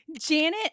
Janet